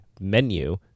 menu